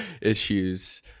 issues